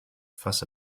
fuss